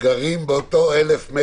שגרים באותם 1,000 מטר.